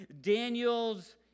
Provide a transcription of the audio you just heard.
Daniel's